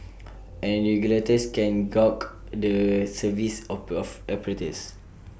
and regulators can gauge the service of operators